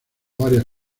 varias